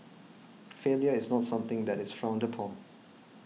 failure is not something that is frowned upon